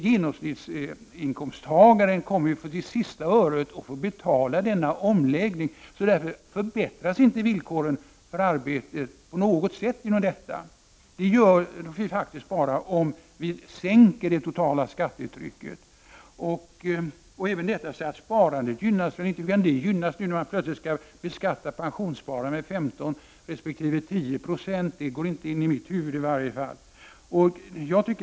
Genomsnittsinkomsttagare kommer att till sista öret få betala denna omläggning. Därför förbättras inte villkoren för arbete på något sätt genom detta. Villkoren förbättras bara om vi sänker det totala skattetrycket. Det sägs även att sparandet gynnas. Inte gynnas det nu när pensionssparandet plötsligt skall beskattas med 15 resp. 10 90. Det går inte in i mitt huvud i varje fall.